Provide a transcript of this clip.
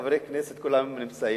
חברי כנסת כולם נמצאים,